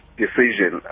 decision